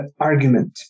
argument